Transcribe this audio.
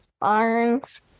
barns